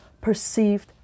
perceived